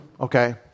Okay